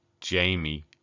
Jamie